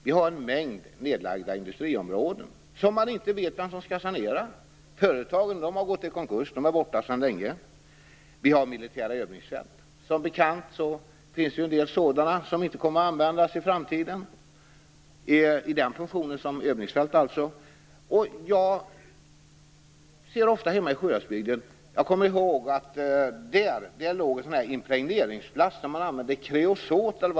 Vi har en mängd nedlagda industriområden, som man inte vet vem som skall sanera. Företagen har gått i konkurs och är borta sedan länge. Vi har som bekant en del militära övningsfält som inte kommer att användas i framtiden, i varje fall inte såsom övningsfält. Hemma i Sjuhäradsbygden fanns det en impregneringsplats där man använde kreosot.